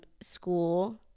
school